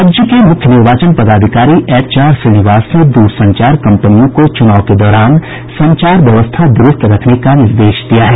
राज्य के मुख्य निर्वाचन पदाधिकारी एच आर श्रीनिवास ने दूरसंचार कंपनियों को चुनाव के दौरान संचार व्यवस्था दुरूस्त रखने का निर्देश दिया है